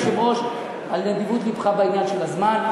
אני מודה ליושב-ראש על נדיבות לבך בעניין של הזמן,